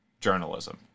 journalism